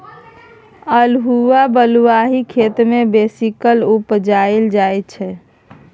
अल्हुआ बलुआही खेत मे बेसीकाल उपजाएल जाइ छै